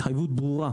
התחייבות ברורה,